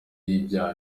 y’ibyaha